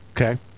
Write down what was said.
Okay